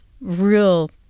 real